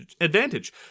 advantage